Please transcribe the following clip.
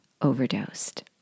overdosed